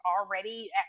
already